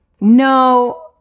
no